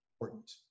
important